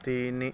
ତିନି